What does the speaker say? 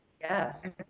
Yes